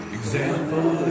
example